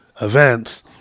events